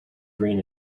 green